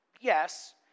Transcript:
Yes